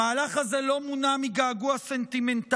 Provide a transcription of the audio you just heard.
המהלך הזה לא מונע רק מגעגוע סנטימנטלי.